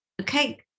okay